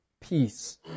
peace